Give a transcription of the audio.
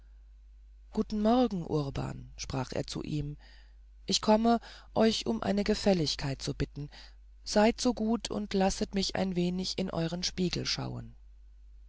guten morgen urban sprach er zu ihm ich komme euch um eine gefälligkeit zu bitten seid so gut und lasset mich ein wenig in euren spiegel schauen